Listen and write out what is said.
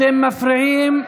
אתם מפריעים.